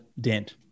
Dent